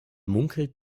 munkelt